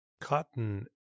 Cotton